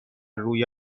روی